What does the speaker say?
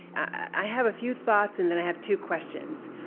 i have a few thoughts and then i have two questions.